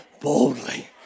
boldly